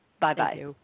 Bye-bye